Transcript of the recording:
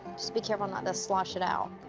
just be careful not to slosh it out.